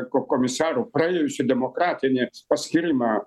ko komisarų praėjusių demokratinį paskyrimą